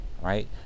right